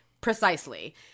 Precisely